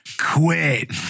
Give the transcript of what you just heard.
Quit